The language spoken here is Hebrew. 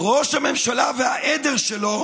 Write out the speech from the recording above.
ראש הממשלה והעדר שלו